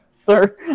sir